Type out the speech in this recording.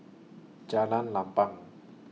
Jalan Lapang